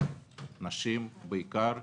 נשים בעיקר,